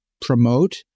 promote